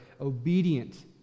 obedient